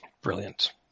Brilliant